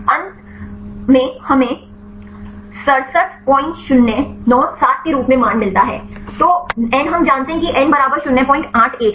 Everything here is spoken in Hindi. अंत में हमें 67097 के रूप में मान मिलता है तो n हम जानते हैं कि n बराबर 081 है